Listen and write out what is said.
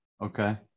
Okay